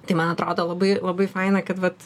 tai man atrodo labai labai faina kad vat